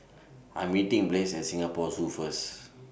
I'm meeting Blaise At Singapore Zoo First